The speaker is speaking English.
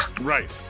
Right